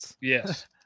Yes